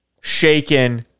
shaken